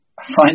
find